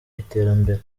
iterambere